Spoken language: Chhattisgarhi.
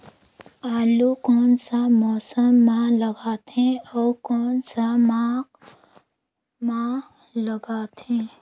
आलू कोन सा मौसम मां लगथे अउ कोन सा माह मां लगथे?